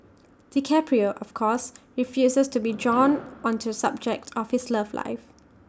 DiCaprio of course refuses to be drawn on to subject of his love life